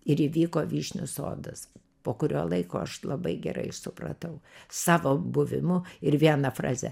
ir įvyko vyšnių sodas po kurio laiko aš labai gerai supratau savo buvimu ir viena fraze